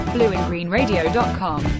Blueandgreenradio.com